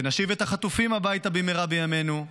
שנשיב את החטופים הביתה במהרה בימינו,